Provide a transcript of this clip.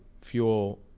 fuel